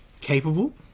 capable